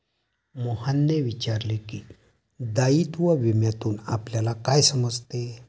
मोहनने विचारले की, दायित्व विम्यातून आपल्याला काय समजते?